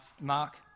mark